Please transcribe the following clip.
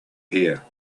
here